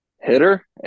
Hitter